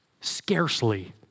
scarcely